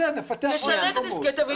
תשנה דיסקט.